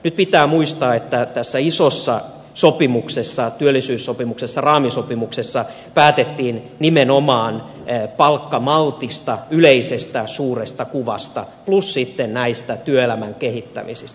nyt pitää muistaa että tässä isossa sopimuksessa työllisyyssopimuksessa raamisopimuksessa päätettiin nimenomaan palkkamaltista yleisestä suuresta kuvasta plus sitten näistä työelämän kehittämisistä